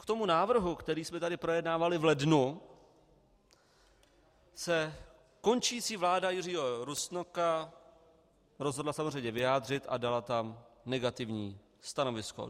K návrhu, který jsme tady projednávali v lednu, se končící vláda Jiřího Rusnoka rozhodla samozřejmě vyjádřit a dala tam negativní stanovisko.